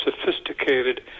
sophisticated